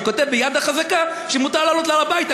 שכותב ב"יד החזקה" שמותר לעלות להר-הבית.